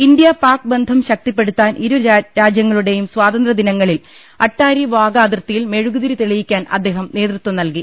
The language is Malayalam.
ഇന്ത്യാ പാക് ബന്ധങ്ങൾ ശക്തിപ്പെടുത്താൻ ഇരുരാജ്യ ങ്ങളുടെയും സ്വാതന്ത്ര്യ ദിനങ്ങളിൽ അട്ടാരി വാഗ അതിർത്തിയിൽ മെഴുകുതിരി തെളിയിക്കാൻ അദ്ദേഹം നേതൃത്വം നല്കി